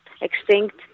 extinct